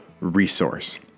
resource